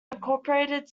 incorporated